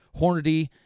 Hornady